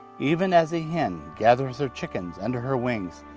even as a hen gathereth her chickens under her wings,